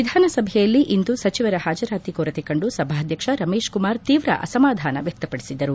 ವಿಧಾನಸಭೆಯಲ್ಲಿ ಇಂದು ಸಚಿವರ ಹಾಜರಾತಿ ಕೊರತೆ ಕಂಡು ಸಭಾಧ್ವಕ್ಷ ರಮೇಶ್ ಕುಮಾರ್ ತೀವ್ರ ಅಸಮಾಧಾನ ವ್ಚಕ್ತಪಡಿಸಿದರು